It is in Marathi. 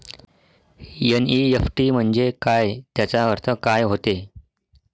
एन.ई.एफ.टी म्हंजे काय, त्याचा अर्थ काय होते?